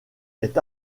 est